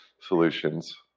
solutions